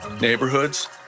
neighborhoods